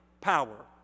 power